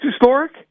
historic